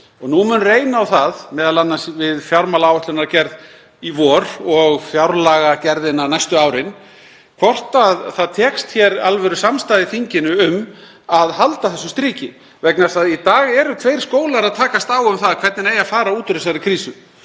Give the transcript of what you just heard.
Nú mun reyna á það, m.a. við fjármálaáætlunargerð í vor og fjárlagagerðina næstu árin, hvort það tekst hér alvörusamstaða í þinginu um að halda þessu striki, vegna þess að í dag eru tveir skólar að takast á um það hvernig eigi að fara út úr þessari krísu.